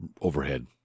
overhead